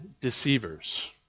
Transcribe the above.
deceivers